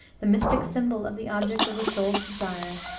the mystic symbol of the object of the soul's desire,